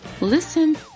Listen